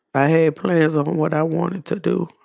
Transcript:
i had plans on what i wanted to do,